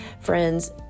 friends